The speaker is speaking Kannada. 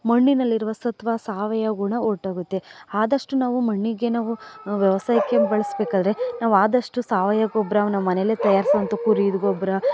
ಮಣ್ಣಿನಲ್ಲಿರುವ ಸತ್ವ ಸಾವಯವ ಗುಣ ಹೊರ್ಟೋಗುತ್ತೆ ಆದಷ್ಟು ನಾವು ಮಣ್ಣಿಗೆ ನಾವು ವ್ಯವಸಾಯಕ್ಕೆ ಬಳಸಬೇಕಾದ್ರೆ ನಾವು ಆದಷ್ಟು ಸಾವಯ ಗೊಬ್ಬರವನ್ನ ಮನೆಯಲ್ಲೆ ತಯಾರಿಸಿದಂಥ ಕುರೀದು ಗೊಬ್ಬರ